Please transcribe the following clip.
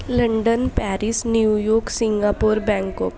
London Paris New York Singapore Bangkok